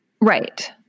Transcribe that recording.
Right